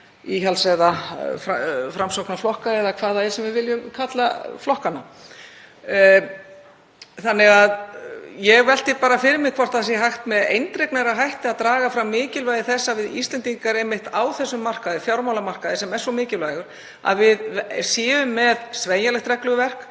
íhalds- eða framsóknarflokka, eða hvað sem við viljum kalla flokkana. Þannig að ég velti fyrir mér hvort hægt sé með eindregnari hætti að draga fram mikilvægi þess að við Íslendingar séum einmitt á þessum markaði, fjármálamarkaði, sem er svo mikilvægur, með sveigjanlegt regluverk,